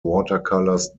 watercolors